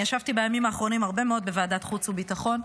אני ישבתי בימים האחרונים הרבה מאוד בוועדת חוץ וביטחון,